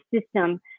system